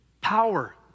power